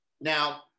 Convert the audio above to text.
now